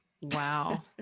wow